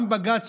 גם בג"ץ,